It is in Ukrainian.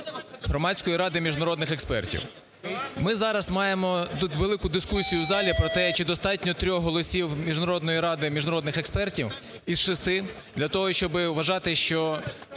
Громадської ради міжнародних експертів. Ми зараз маємо тут велику дискусію в залі про те, чи достатньо трьох голосів міжнародної ради міжнародних експертів із шести для того, щоб вважати, що